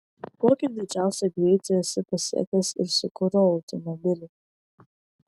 kokį didžiausią greitį esi pasiekęs ir su kuriuo automobiliu